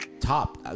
top